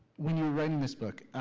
were writing this book,